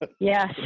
Yes